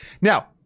Now